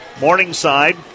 Morningside